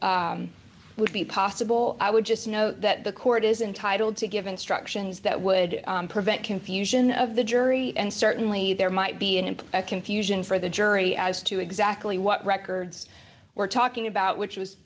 be would be possible i would just know that the court is entitled to give instructions that would prevent confusion of the jury and certainly there might be an implied confusion for the jury as to exactly what records we're talking about which was